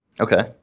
okay